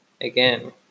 again